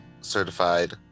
certified